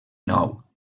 nou